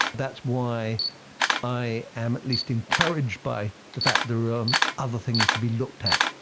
that's why i am at least encouraged by the fact there are um other things to be looked at.